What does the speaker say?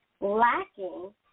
lacking